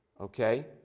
okay